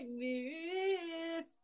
miss